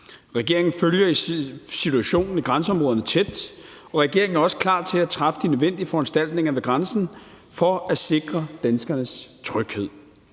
Regeringen følger situationen i grænseområderne tæt, og regeringen er også klar til at træffe de nødvendige foranstaltninger ved grænsen for at sikre danskernes tryghed.